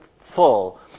full